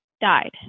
died